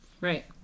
Right